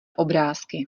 obrázky